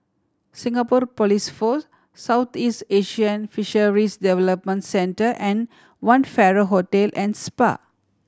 Singapore Police Force Southeast Asian Fisheries Development Center and One Farrer Hotel and Spa